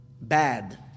bad